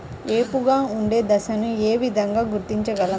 ఏపుగా ఉండే దశను ఏ విధంగా గుర్తించగలం?